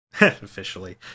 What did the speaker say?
officially